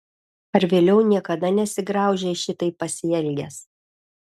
ar vėliau niekada nesigraužei šitaip pasielgęs